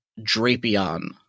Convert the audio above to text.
Drapion